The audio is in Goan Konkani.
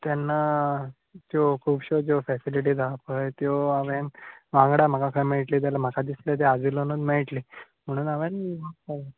तेन्ना त्यो खुबश्यो ज्यो फॅसिलिटीज आसा पळय त्यो हांवें वांगडा म्हाका खंय मेळटली जाल्यार म्हाका दिसलें तें आजिलानूच मेळटलें म्हुणून हांवें